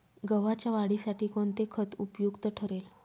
गव्हाच्या वाढीसाठी कोणते खत उपयुक्त ठरेल?